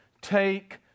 Take